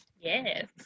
Yes